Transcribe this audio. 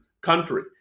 country